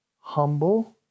humble